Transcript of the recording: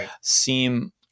seem